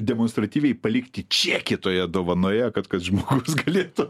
demonstratyviai palikti čia kitoje dovanoje kad kad žmogus galėtų